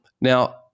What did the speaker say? Now